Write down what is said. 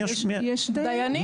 דיינים.